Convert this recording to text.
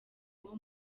uwo